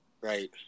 Right